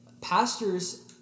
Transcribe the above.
pastors